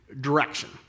direction